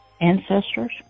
ancestors